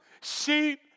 Sheep